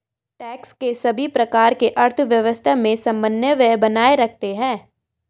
tax के सभी प्रकार अर्थव्यवस्था में समन्वय बनाए रखते हैं